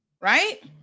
Right